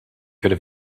could